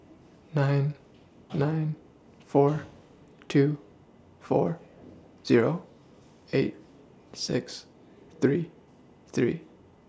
nine nine four two four Zero eight six three three